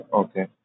okay